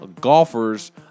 golfers